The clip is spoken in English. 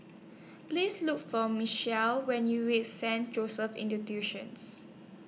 Please Look For when YOU REACH Saint Joseph's Institutions